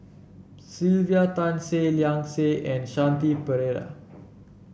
Sylvia Tan Seah Liang Seah and Shanti Pereira